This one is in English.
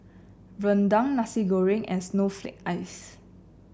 rendang Nasi Goreng and Snowflake Ice